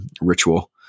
ritual